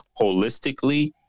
holistically